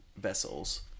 vessels